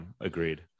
Agreed